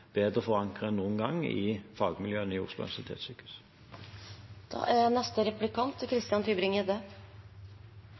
enn noen gang i fagmiljøene i Oslo universitetssykehus.